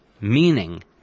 Meaning